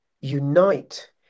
unite